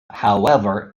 however